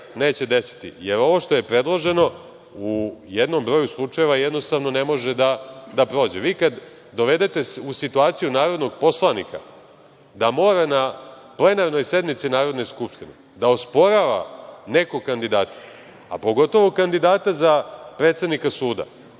neće desiti. Ovo što je predloženo u jednom broju slučajeva, jednostavno ne može da prođe. Vi kada dovedete u situaciju narodnog poslanika da mora na plenarnoj sednici Narodne skupštine da osporava nekog kandidata, a pogotovu kandidata predsednika suda,